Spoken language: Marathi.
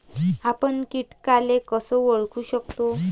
आपन कीटकाले कस ओळखू शकतो?